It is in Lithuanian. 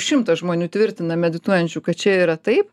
šimtas žmonių tvirtina medituojančių kad čia yra taip